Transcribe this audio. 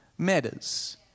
matters